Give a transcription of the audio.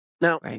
Now